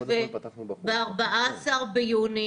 היה מתווה ב-14 ביוני